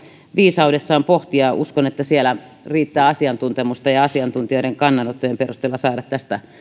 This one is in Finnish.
viisaudessaan pohtia ja uskon että siellä riittää asiantuntemusta ja ja asiantuntijoiden kannanottojen perusteella saadaan tästä